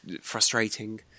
frustrating